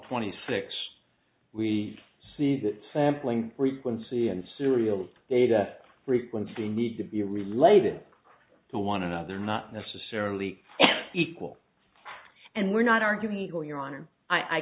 twenty six we see that sampling frequency and serial data frequency need to be related to one another not necessarily equal and we're not arguing equal your honor i